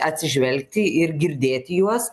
atsižvelgti ir girdėti juos